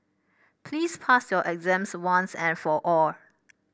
please pass your exams once and for all